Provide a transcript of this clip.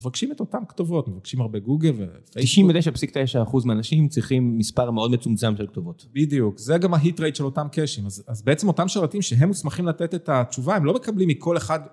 מבקשים את אותם כתובות, מבקשים הרבה גוגל. 99.9% מהאנשים צריכים מספר מאוד מצומצם של כתובות. בדיוק, זה גם ההיט רייט של אותם קשים. אז בעצם אותם שרתים שהם מוסמכים לתת את התשובה, הם לא מקבלים מכל אחד.